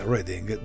Reading